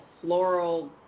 floral